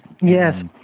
Yes